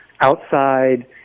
outside